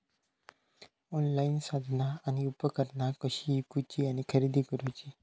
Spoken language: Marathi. ऑनलाईन साधना आणि उपकरणा कशी ईकूची आणि खरेदी करुची?